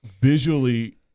visually